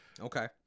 okay